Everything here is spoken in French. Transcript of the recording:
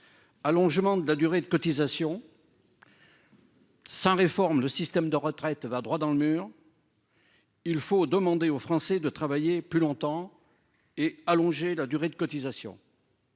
Allongement de la durée de cotisation. Sans réforme le système de retraites va droit dans le mur. Il faut demander aux Français de travailler plus longtemps et allonger la durée de cotisation.